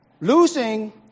losing